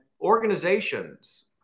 organizations